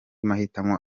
mahitamo